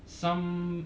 some